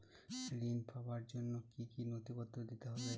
ঋণ পাবার জন্য কি কী নথিপত্র দিতে হবে?